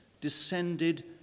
descended